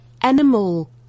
animal